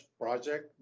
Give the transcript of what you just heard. project